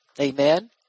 Amen